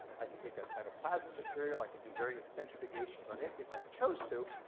i could take that cytoplasmic material. i could do various centrifugations on it, if i chose to.